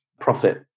profit